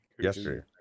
yesterday